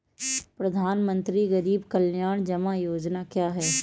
प्रधानमंत्री गरीब कल्याण जमा योजना क्या है?